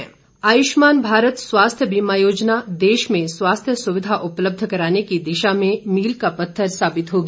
आयुष्मान आयुष्मान भारत स्वास्थ्य बीमा योजना देश में स्वास्थ्य सुविधा उपलब्ध कराने की दिशा में मील का पत्थर साबित होगी